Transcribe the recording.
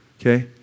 Okay